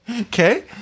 okay